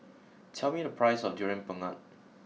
tell me the price of durian Pengat